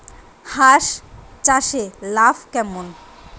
হাঁস চাষে লাভ কেমন?